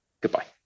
Goodbye